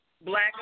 black